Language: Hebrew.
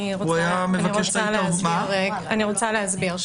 אני רוצה להסביר.